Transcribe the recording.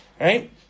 Right